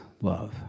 love